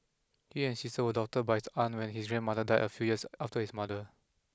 he and his sister were adopted by his aunt when his grandmother died a few years after his mother